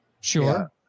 Sure